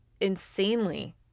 insanely